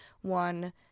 one